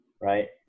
right